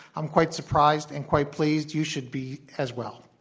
i'm quite surprised and quite pleased, you should be as well.